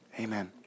Amen